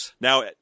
now